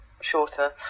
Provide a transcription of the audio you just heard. shorter